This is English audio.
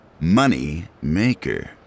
Moneymaker